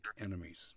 enemies